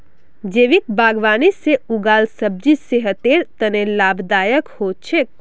जैविक बागवानी से उगाल सब्जी सेहतेर तने लाभदायक हो छेक